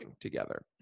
together